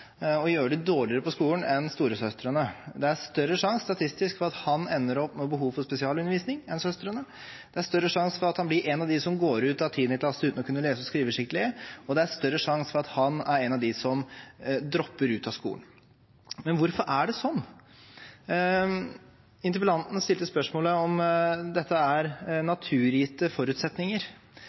og gjøre det dårligere på skolen enn storesøstrene. Det er større sjanse statistisk for at han ender opp med behov for spesialundervisning enn søstrene, det er større sjanse for at han blir en av dem som går ut av tiende klasse uten å kunne lese og skrive skikkelig, og det er større sjanse for at han er en av dem som dropper ut av skolen. Men hvorfor er det sånn? Interpellanten stilte spørsmål om dette er naturgitte forutsetninger.